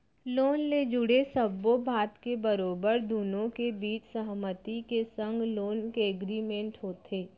loan ले जुड़े सब्बो बात के बरोबर दुनो के बीच सहमति के संग लोन के एग्रीमेंट होथे